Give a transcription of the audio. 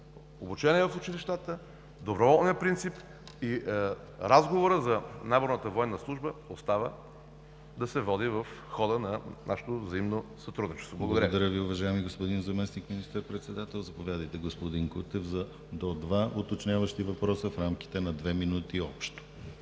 „Обучение в училищата, доброволният принцип и разговорът за наборната военна служба остава да се води в хода на нашето взаимно сътрудничество“. Благодаря Ви. ПРЕДСЕДАТЕЛ ДИМИТЪР ГЛАВЧЕВ: Благодаря Ви, уважаеми господин Заместник министър-председател. Заповядайте, господин Кутев за до два уточняващи въпроса в рамките на две минути общо.